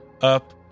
up